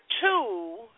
two